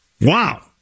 Wow